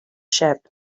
ship